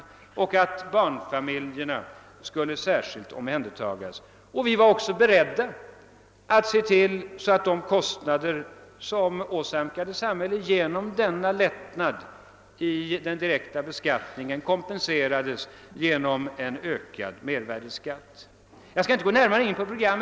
Vi ville att barnfamiljernas situation speciellt skulle beaktas. Vi var också beredda att se till att de kostnader, som åsamkades samhället genom dessa lättnader i den direkta beskattningen, skulle kompenseras genom en höjd mervärdeskatt. Jag skall inte gå närmare in på detta problem.